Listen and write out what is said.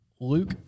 Luke